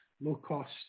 low-cost